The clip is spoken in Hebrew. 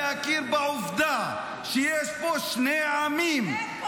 להכיר בעובדה שיש פה שני עמים -- איפה?